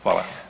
Hvala.